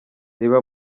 reba